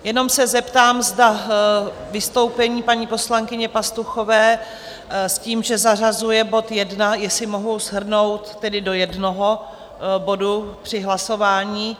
Jenom se zeptám, zda vystoupení poslankyně Pastuchové s tím, že zařazuje bod 1, jestli mohu shrnout tedy do jednoho bodu tři hlasování?